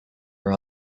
her